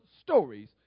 stories